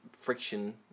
friction